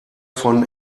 von